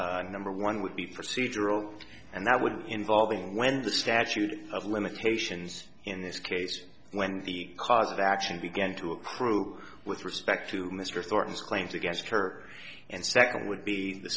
t number one would be procedural and that would involve being when the statute of limitations in this case when the cause of action began to approve with respect to mr thorne's claims against her and second would be the